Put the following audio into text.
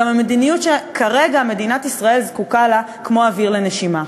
גם המדיניות שכרגע מדינת ישראל זקוקה לה כמו לאוויר לנשימה.